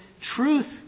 truth